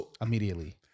immediately